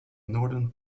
northern